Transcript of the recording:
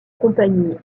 compagnie